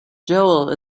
joel